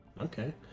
Okay